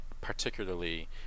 particularly